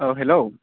अ hello